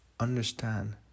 Understand